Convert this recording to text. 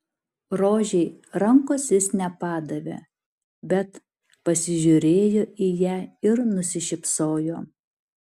rožei rankos jis nepadavė bet pasižiūrėjo į ją ir nusišypsojo